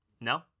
No